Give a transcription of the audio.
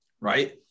Right